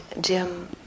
Jim